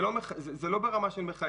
זה לא ברמה של מחייב.